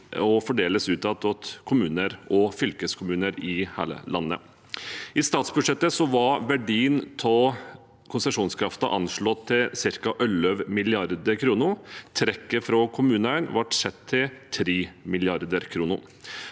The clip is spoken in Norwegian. og fordeles ut igjen til kommuner og fylkeskommuner i hele landet. I statsbudsjettet var verdien av konsesjonskraften anslått til ca. 11 mrd. kr. Trekket fra kommunene ble satt til 3 mrd. kr.